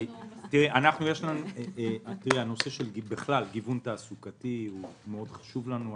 נושא של גיוון תעסוקתי מאוד חשוב לנו.